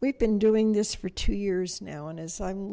we've been doing this for two years now and as i'm